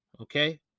Okay